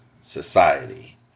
society